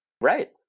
Right